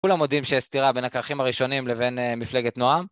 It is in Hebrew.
כולם מודים שיש סתירה בין הקרחים הראשונים לבין מפלגת נועם?